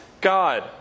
God